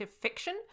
fiction